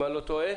אם אני לא טועה,